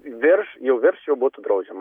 virš jau virš jau būtų draudžiama